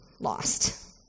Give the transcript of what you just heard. lost